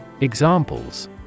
Examples